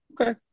Okay